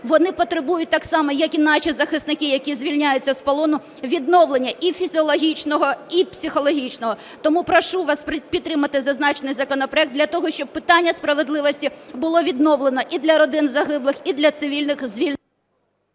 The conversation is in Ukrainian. вони потребують так само, як і наші захисники, які звільняються з полону, відновлення і фізіологічного, і психологічного. Тому прошу вас підтримати зазначений законопроект, для того щоб питання справедливості було відновлено і для родин загиблих, і для цивільних, звільнених…